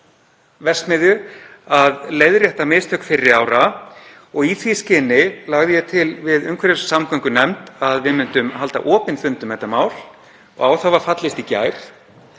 verksmiðju að leiðrétta mistök fyrri ára. Í því skyni lagði ég til við umhverfis- og samgöngunefnd að við myndum halda opinn fund um þetta mál og á það var fallist í gær.